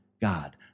God